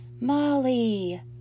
Molly